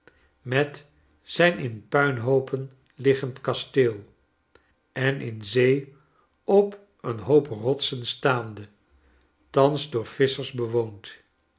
met zijn in puinhoopen liggend kasteel en in zee op een hoop rotsen staande thans door visschers bewoond